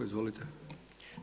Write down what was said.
Izvolite.